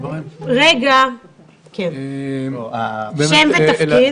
כן אדוני, שם ותפקיד.